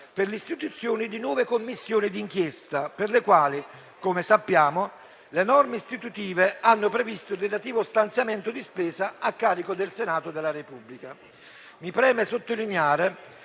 per l'istituzione di nuove Commissioni d'inchiesta, per le quali, come sappiamo, le norme istitutive hanno previsto il relativo stanziamento di spesa a carico del Senato della Repubblica. Mi preme sottolineare